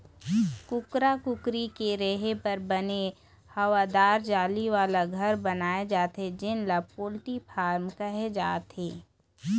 कुकरा कुकरी के रेहे बर बने हवादार जाली वाला घर बनाए जाथे जेन ल पोल्टी फारम कहे जाथे